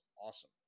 awesome